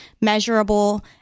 measurable